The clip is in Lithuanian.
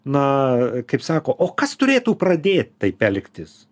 na kaip sako o kas turėtų pradėt taip elgtis